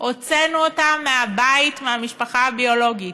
הוצאנו אותם מהבית, מהמשפחה הביולוגית,